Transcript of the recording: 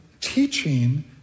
teaching